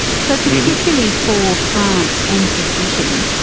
so particularly for france and for britain,